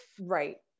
Right